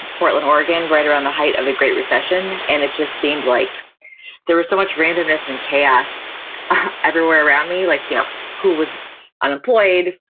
portland, oregon right around the height of the great recession, and it just seemed like there was so much randomness and chaos everywhere around me. like you know who was unemployed?